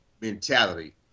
mentality